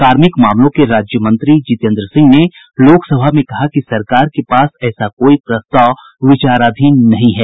कार्मिक मामलों के राज्यमंत्री जितेंद्र सिंह ने लोकसभा में कहा कि सरकार के पास ऐसा कोई प्रस्ताव विचाराधीन नहीं है